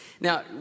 Now